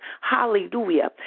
Hallelujah